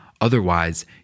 Otherwise